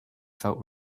felt